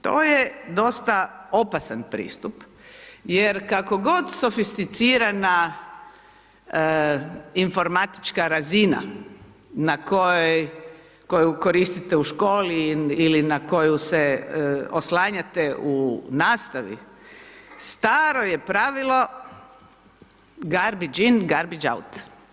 To je dosta opasan pristup, jer kako god sofisticirana informatička razina na kojoj, koju koriste u školi ili na koju se oslanjate u nastavi staro je pravilo garbage in, garbage out.